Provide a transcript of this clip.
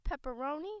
pepperoni